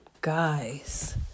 guys